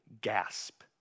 gasp